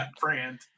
brand